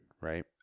right